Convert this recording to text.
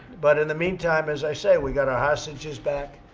but, in the meantime, as i say, we got our hostages back.